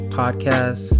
podcast